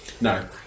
No